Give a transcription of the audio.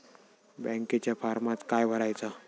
बँकेच्या फारमात काय भरायचा?